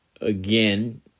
again